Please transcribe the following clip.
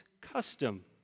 custom